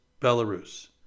Belarus